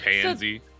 pansy